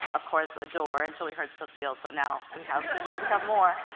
of course, adore until we heard cecile. so now we have have more.